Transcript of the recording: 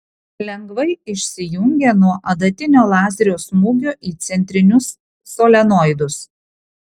lengvai išsijungia nuo adatinio lazerio smūgio į centrinius solenoidus